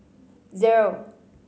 zero